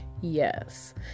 yes